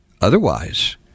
Otherwise